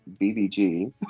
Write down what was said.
BBG